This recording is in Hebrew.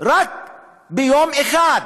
רק ביום אחד.